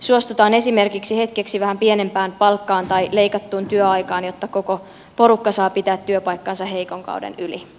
suostutaan esimerkiksi hetkeksi vähän pienempään palkkaan tai leikattuun työaikaan jotta koko porukka saa pitää työpaikkansa heikon kauden yli